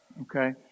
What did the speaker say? okay